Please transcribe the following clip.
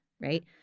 right